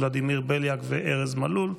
ולדימיר בליאק וארז מלול.